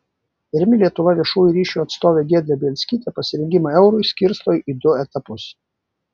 rimi lietuva viešųjų ryšių atstovė giedrė bielskytė pasirengimą eurui skirsto į du etapus